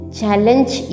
challenge